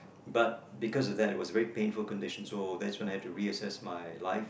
but because of that it was a very painful condition so that's when I have to reassess my life